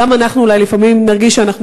שגם אנחנו אולי לפעמים נרגיש שאנחנו